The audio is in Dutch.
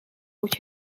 moet